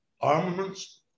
armaments